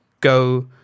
go